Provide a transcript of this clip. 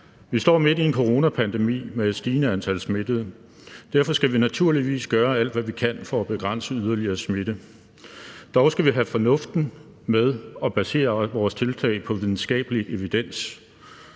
Vi står midt i en coronapandemi med et stigende antal smittede. Derfor skal vi naturligvis gøre alt, hvad vi kan, for at begrænse yderligere smitte. Dog skal vi have fornuften med og basere vores tiltag på videnskabelig evidens.